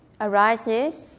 arises